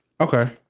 Okay